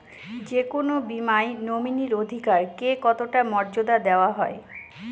যে কোনো বীমায় নমিনীর অধিকার কে কতটা মর্যাদা দেওয়া হয়?